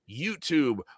YouTube